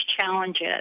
challenges